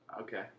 Okay